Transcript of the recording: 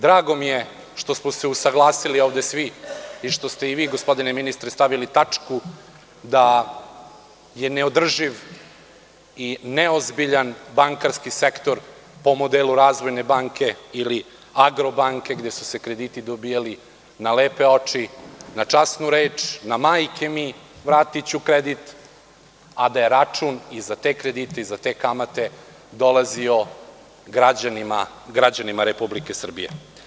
Drago mi je što smo se usaglasili ovde svi i što ste i vi gospodine ministre stavili tačku da je neodrživ i neozbiljan bankarski sektor po modelu „Razvojne banke“ ili „Agrobanke“, gde su se krediti dobijali na lepe oči, na časnu reč, na „majke mi, vratiću kredit“, a da je račun i za te kredite i za te kamate dolazio građanima Republike Srbije.